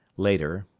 later,